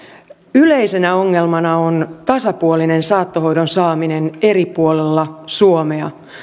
yleisenä ongelmana on tasapuolinen saattohoidon saaminen eri puolilla suomea